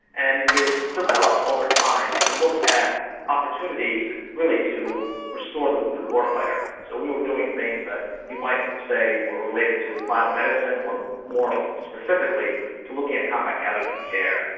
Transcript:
and it developed over time to look at opportunities really to restore the wounded war fighter. so we were doing things that you might say were related to bio-medicine or more specifically to look at combat casualty care.